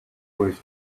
was